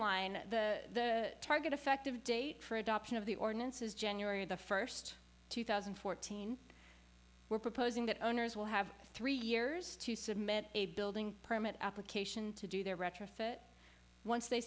line the target effective date for adoption of the ordinances january the first two thousand and fourteen we're proposing that owners will have three years to submit a building permit application to do their retrofit once they